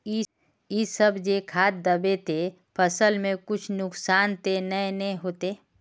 इ सब जे खाद दबे ते फसल में कुछ नुकसान ते नय ने होते